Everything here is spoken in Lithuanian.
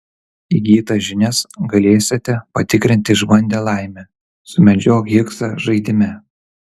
įgytas žinias galėsite patikrinti išbandę laimę sumedžiok higsą žaidime